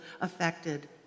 affected